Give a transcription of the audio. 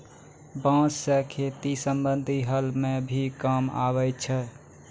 बांस सें खेती संबंधी हल म भी काम आवै छै